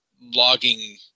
logging